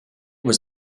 was